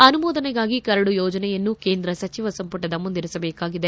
ಅನುಮೋದನೆಗಾಗಿ ಕರಡು ಯೋಜನೆಯನ್ನು ಕೇಂದ್ರ ಸಚಿವ ಸಂಪುಟದ ಮುಂದಿರಿಸಬೇಕಾಗಿದೆ